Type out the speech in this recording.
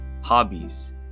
hobbies